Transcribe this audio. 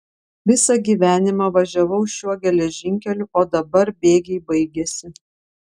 visą gyvenimą važiavau šiuo geležinkeliu o dabar bėgiai baigėsi